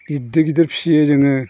गिदिर गिदिर फिसियो जोङो